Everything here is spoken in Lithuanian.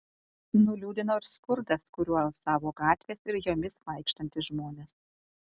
nuliūdino ir skurdas kuriuo alsavo gatvės ir jomis vaikštantys žmonės